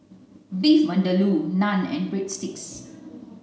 Beef Vindaloo Naan and Breadsticks